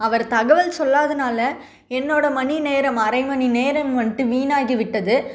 அவர் தகவல் சொல்லாதனால என்னோட மணி நேரம் அரை மணிநேரம் வந்துட்டு வீணாகிவிட்டது